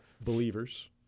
believers